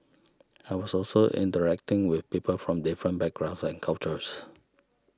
I was also interacting with people from different backgrounds and cultures